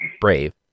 brave